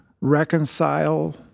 reconcile